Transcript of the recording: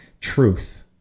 truth